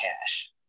cash